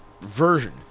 version